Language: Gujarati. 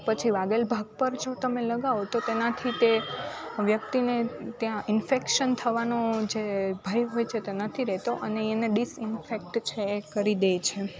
પછી વાગેલ ભાગ પર જો તમે લગાવો તો તેનાથી તે વ્યક્તિને ત્યાં ઇન્ફેકશન થવાનો જે ભય હોય છે તે નથી રહેતો અને એને ડિસઇન્ફેકટ છે એ કરી દે છે